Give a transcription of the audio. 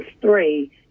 three